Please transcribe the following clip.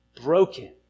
broken